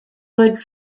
would